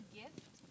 gift